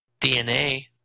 DNA